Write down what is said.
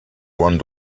one